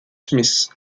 smith